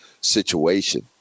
situation